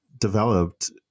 developed